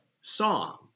song